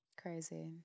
Crazy